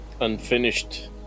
Unfinished